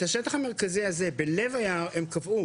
את השטח המרכזי הזה בלב היער הם קבעו